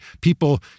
people